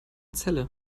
celle